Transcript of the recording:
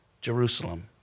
Jerusalem